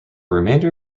remainder